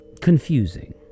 confusing